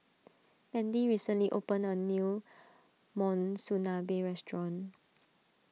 Mandy recently opened a new Monsunabe restaurant